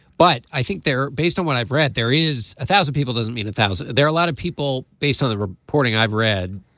but i think there based on what i've read there is a thousand people doesn't mean a thousand. there are a lot of people based on the reporting i've read.